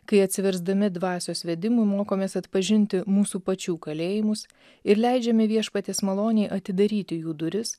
kai atsiversdami dvasios vedimui mokomės atpažinti mūsų pačių kalėjimus ir leidžiame viešpaties malonei atidaryti jų duris